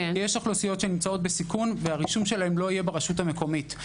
יש אוכלוסיות שנמצאות בסיכון והרישום שלהם לא יהיה ברשות המקומית.